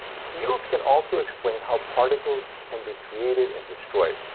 fields can also explain how particles can be created and destroyed.